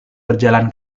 berjalan